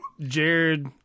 Jared